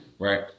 Right